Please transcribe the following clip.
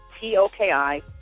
T-O-K-I